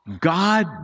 God